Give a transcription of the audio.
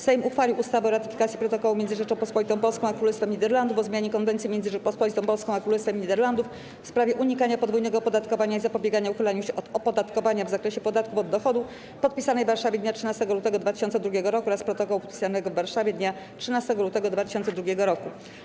Sejm uchwalił ustawę o ratyfikacji Protokołu między Rzecząpospolitą Polską a Królestwem Niderlandów o zmianie Konwencji między Rzecząpospolitą Polską a Królestwem Niderlandów w sprawie unikania podwójnego opodatkowania i zapobiegania uchylaniu się od opodatkowania w zakresie podatków od dochodu, podpisanej w Warszawie dnia 13 lutego 2002 roku, oraz Protokołu, podpisanego w Warszawie dnia 13 lutego 2002 roku.